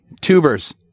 tubers